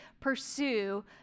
pursue